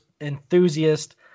enthusiast